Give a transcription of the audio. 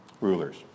rulers